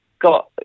got